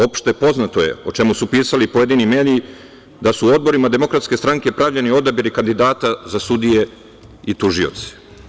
Opšte poznato je o čemu su pisali pojedini mediji da su u odborima DS pravljeni odabiri kandidata za sudije i tužioce.